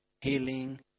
healing